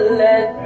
let